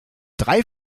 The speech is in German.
drei